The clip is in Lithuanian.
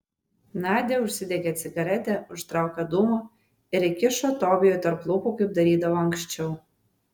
nadia užsidegė cigaretę užtraukė dūmą ir įkišo tobijui tarp lūpų kaip darydavo anksčiau